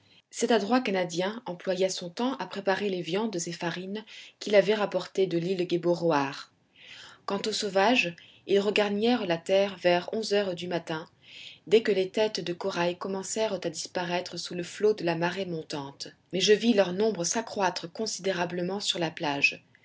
cet adroit canadien employa son temps à préparer les viandes et farines qu'il avait rapportées de l'île gueboroar quant aux sauvages ils regagnèrent la terre vers onze heures du matin dès que les têtes de corail commencèrent à disparaître sous le flot de la marée montante mais je vis leur nombre s'accroître considérablement sur la plage